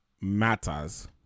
matters